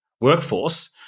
workforce